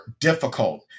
difficult